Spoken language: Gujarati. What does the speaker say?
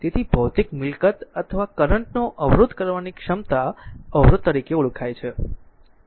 તેથી ભૌતિક મિલકત અથવા કરંટ નો અવરોધ કરવાની ક્ષમતા અવરોધ તરીકે ઓળખાય છે